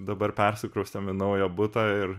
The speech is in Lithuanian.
dabar persikraustėm į naują butą ir